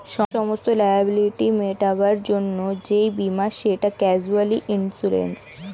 সমস্ত লায়াবিলিটি মেটাবার জন্যে যেই বীমা সেটা ক্যাজুয়ালটি ইন্সুরেন্স